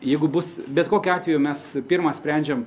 jeigu bus bet kokiu atveju mes pirma sprendžiam